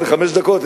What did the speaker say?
זה חמש דקות,